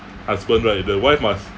husband right the wife must